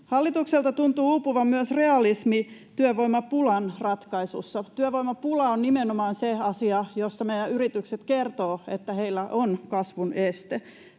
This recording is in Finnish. Hallitukselta tuntuu uupuvan myös realismi työvoimapulan ratkaisuissa. Työvoimapula on nimenomaan se asia, josta meidän yritykset kertovat, että heillä on kasvun este.